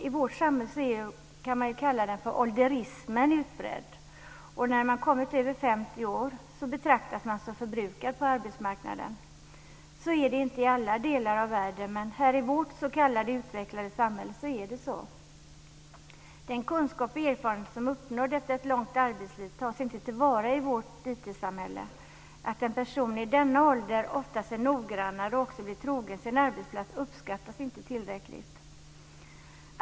I vårt samhälle är, kan man säga, ålderismen utbredd. När man är över 50 år betraktas man som förbrukad på arbetsmarknaden. Så är det inte i alla delar av världen men i vårt s.k. utvecklade samhälle är det så. Den kunskap och erfarenhet som uppnåtts efter ett långt arbetsliv tas inte till vara i vårt IT-samhälle. Att en person i denna ålder oftast är noggrannare och också blir trogen sin arbetsplats uppskattas inte tillräckligt.